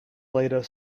later